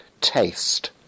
taste